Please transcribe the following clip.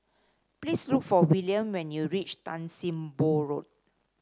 please look for Wiliam when you reach Tan Sim Boh Road